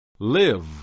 Live